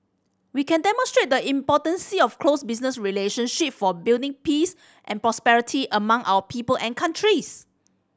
we can demonstrate the importance of close business relationship for building peace and prosperity among our people and countries